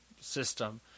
system